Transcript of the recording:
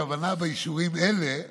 הכוונה באישורים אלה,